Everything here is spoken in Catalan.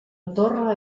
torre